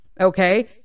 okay